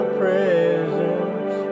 presence